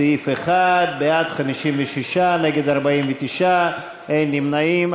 סעיף 1, בעד, 56, נגד, 49, אין נמנעים.